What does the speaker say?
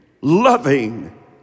loving